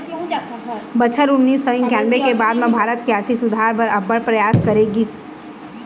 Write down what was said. बछर उन्नीस सौ इंकानबे के बाद म भारत के आरथिक सुधार बर अब्बड़ परयास करे गिस